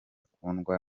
akundwa